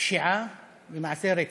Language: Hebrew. פשיעה ומעשי רצח.